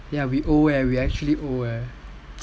ya we old eh we actually old eh